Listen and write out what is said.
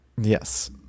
Yes